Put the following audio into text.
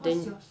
then